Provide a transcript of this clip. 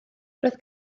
roedd